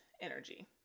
energy